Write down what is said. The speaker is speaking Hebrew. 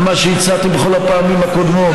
על מה שהצעתי בכל הפעמים הקודמות: